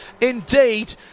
indeed